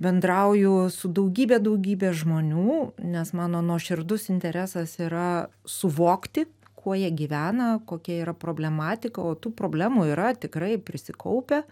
bendrauju su daugybe daugybe žmonių nes mano nuoširdus interesas yra suvokti kuo jie gyvena kokia yra problematika o tų problemų yra tikrai prisikaupę